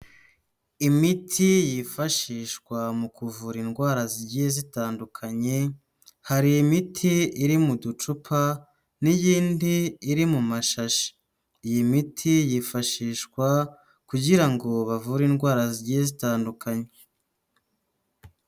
Imiti yifashishwa mu kuvura indwara zigiye zitandukanye. Hari imiti iri mu ducupa n'iyindi iri mu mashashi. Iyi miti yifashishwa kugira ngo bavure indwara zigiye zitandukanye.